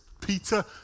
Peter